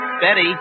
Betty